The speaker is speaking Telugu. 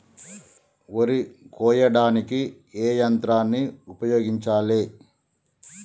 వరి కొయ్యడానికి ఏ యంత్రాన్ని ఉపయోగించాలే?